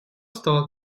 стало